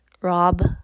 rob